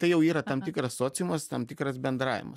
tai jau yra tam tikras sociumas tam tikras bendravimas